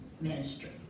ministry